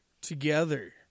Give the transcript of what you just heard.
together